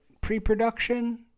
pre-production